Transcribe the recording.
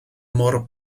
mor